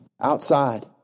outside